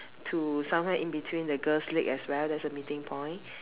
to somewhere in between the girl's leg as well that's the meeting point